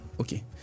Okay